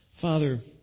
Father